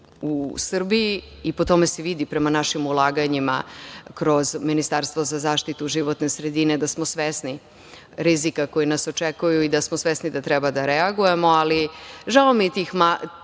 u Srbiji, i po tome se vidi, prema našim ulaganjima, kroz Ministarstvo za zaštitu životne sredine, da smo svesni rizika koji nas očekuju i da smo svesni da treba da reagujemo, ali žao mi je